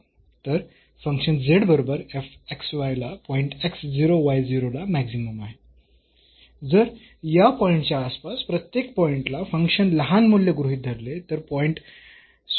तर फंक्शन बरोबर ला पॉईंट ला मॅक्सिमम आहे जर या पॉईंटच्या आसपासच्या प्रत्येक पॉईंटला फंक्शन लहान मूल्य गृहीत धरले तर पॉईंट स्वतः